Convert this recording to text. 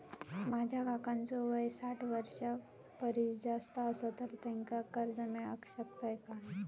माझ्या काकांचो वय साठ वर्षां परिस जास्त आसा तर त्यांका कर्जा मेळाक शकतय काय?